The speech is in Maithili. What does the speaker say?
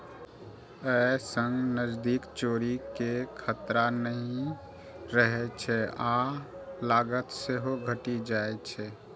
अय सं नकदीक चोरी के खतरा नहि रहै छै आ लागत सेहो घटि जाइ छै